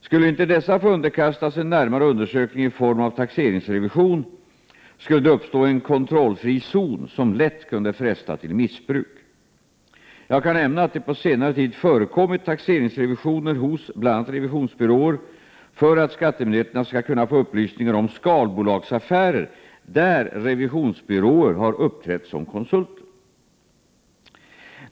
Skulle inte dessa få underkastas en närmare undersökning i form av taxeringsrevision skulle det uppstå en kontrollfri zon som lätt kunde fresta till missbruk. Jag kan nämna att det på senare tid förekommit taxeringsrevisioner hos bl.a. revisionsbyråer för att skattemyndigheterna skall kunna få upplysningar om skalbolagsaffärer där revisionsbyråer har uppträtt som konsulter.